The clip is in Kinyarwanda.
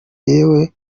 yewe